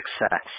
success